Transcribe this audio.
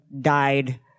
died